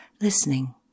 listening